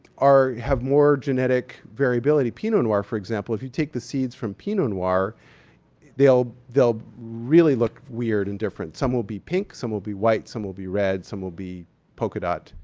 have more genetic variability. pinot noir, for example, if you take the seeds from pinot noir they'll they'll really look weird and different. some will be pink. some will be white. some will be red. some will be polka-dot.